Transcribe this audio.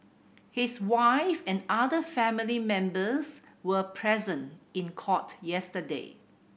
his wife and other family members were present in court yesterday